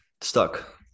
stuck